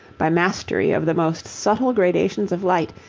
by mastery of the most subtle gradations of light,